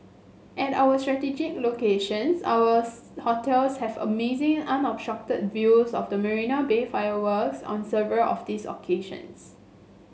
at our strategic locations ours hotels have amazing unobstructed views of the Marina Bay fireworks on several of these occasions